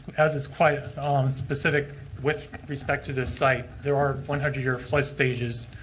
as as quiet on specific with respect to the site, there are one hundred year flood stages.